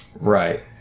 Right